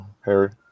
Harry